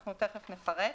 אנחנו תכף נפרט.